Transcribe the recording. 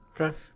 Okay